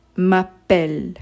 M'appelle